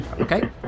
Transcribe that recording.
okay